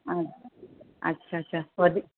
अच अछा अछा वधीक